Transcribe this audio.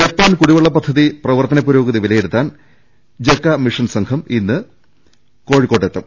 Japan കുടിവെള്ള പദ്ധതി പ്രവർത്തന പുരോഗതി വിലയിരുത്താൻ ജൈക്കമിഷൻ സംഘം ഇന്ന് കോഴിക്കോട്ടെത്തും